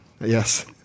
Yes